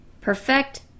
perfect